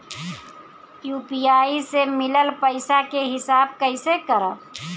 UPI से मिलल पईसा के हिसाब कइसे करब?